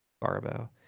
Barbo